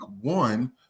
one